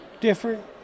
different